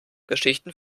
geschichten